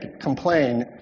complain